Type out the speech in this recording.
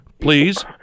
please